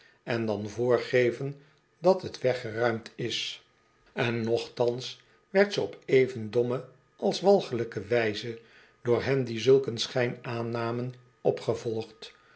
en dan voorgeven dat t weggeruimd is en nochtans werd ze op even domme als walgelijke wijze door hen die zulk een schijn aannamen opgevolgd